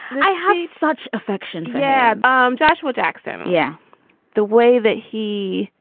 and i have such affection for yeah um joshua jackson. yeah the way that he